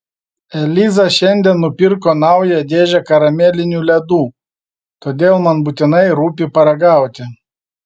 eliza šiandien nupirko naują dėžę karamelinių ledų todėl man būtinai rūpi paragauti